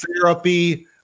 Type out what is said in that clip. therapy